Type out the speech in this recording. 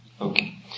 Okay